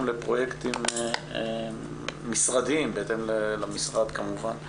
לפרויקטים משרדיים בהתאם למשרד כמובן,